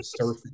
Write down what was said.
surfing